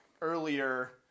earlier